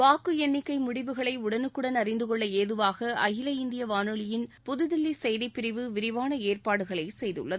வாக்கு எண்ணிக்கை முடிவுகளை உடனுக்குடன் அறிந்து கொள்ள ஏதுவாக அகில இந்திய வானொலியின் புதுதில்லி செய்திப்பிரிவு விரிவான ஏற்பாடுகள் செய்துள்ளது